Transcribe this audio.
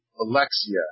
Alexia